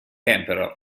you